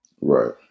right